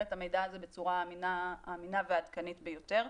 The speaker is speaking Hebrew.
את המידע הזה בצורה האמינה והעדכנית ביותר.